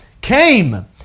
came